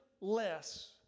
less